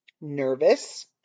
nervous